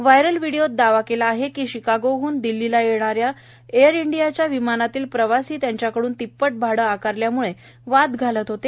viral व्हिडिओत दावा केला आहे की शिकागोहून दिल्लीला जाणाऱ्या एअर इंडियाच्या विमानातील प्रवासी त्यांच्याकडून तिप्पट भाडे आकारल्यामुळे वाद घालत होते